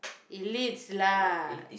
elites lah